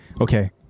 okay